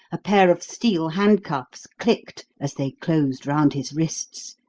a pair of steel handcuffs clicked as they closed round his wrists,